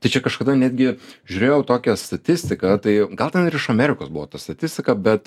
tai čia kažkada netgi žiūrėjau tokią statistiką tai gal ten ir iš amerikos buvo ta statistika bet